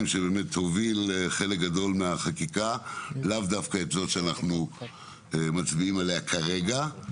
והוביל חלק גדול מהחקיקה; לאו דווקא את זו שאנחנו מצביעים עליה כרגע.